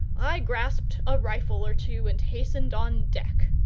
i grasped a rifle or two, and hastened on deck.